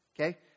Okay